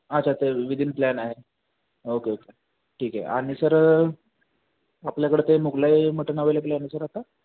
अच्छा ते within plan आहे ओके ओके ठीक आहे आणि सर आपल्याकडे ते मुघलाई मटन अवेलेबल आहे ना सर आता